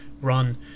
run